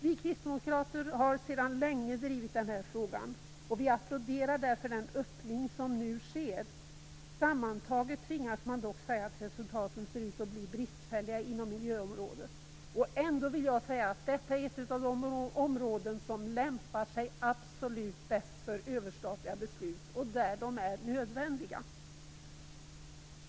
Vi kristdemokrater har sedan länge drivit den frågan, och vi applåderar därför den öppning som nu sker. Sammantaget tvingas man dock säga att resultaten ser ut att bli bristfälliga på miljöområdet. Ändå vill jag säga att detta är ett av de områden som lämpar sig absolut bäst för överstatliga beslut, och det är ett område där sådana är nödvändiga.